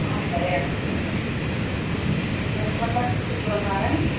ആ അതെ അതെ അതെ അതെ പ്ലസ് വണ്ണ് കിട്ടുമോ സാറെ